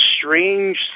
strange